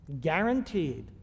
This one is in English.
guaranteed